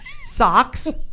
socks